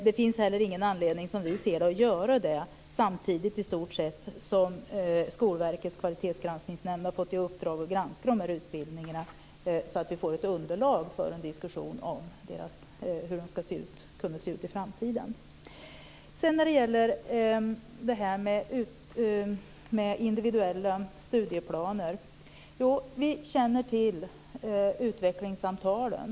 Det finns heller ingen anledning, som vi ser det, att göra det samtidigt som Skolverkets kvalitetsgranskningsnämnd har fått i uppdrag att granska de här utbildningarna för att vi ska få ett underlag för en diskussion om hur de skulle kunna se ut i framtiden. När det sedan gäller detta med individuella studieplaner känner vi till utvecklingssamtalen.